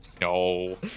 no